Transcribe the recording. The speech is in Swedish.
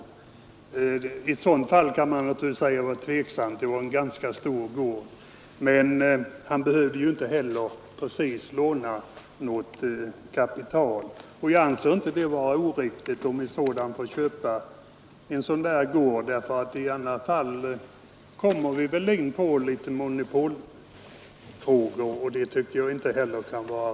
I ett sådant fall kan man naturligtvis vara litet tveksam huruvida han bör få köpa en så pass stor gård som det här var fråga om, men eftersom denne man inte behövde låna något större kapital ansåg jag det inte vara oriktigt att han fick köpa gården. I motsatt fall hade vi ju kommit in på ett monopolförfarande, och det tycker jag inte är riktigt.